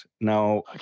Now